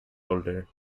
older